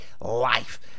life